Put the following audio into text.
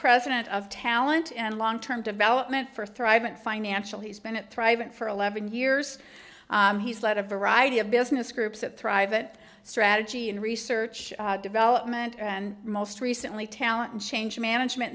president of talent and long term development for thrive and financial he's been at thriving for eleven years he's led a variety of business groups that thrive that strategy and research development and most recently talent and change management